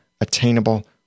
attainable